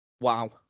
wow